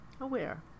aware